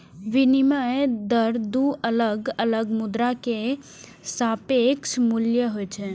विनिमय दर दू अलग अलग मुद्रा के सापेक्ष मूल्य होइ छै